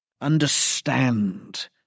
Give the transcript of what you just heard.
Understand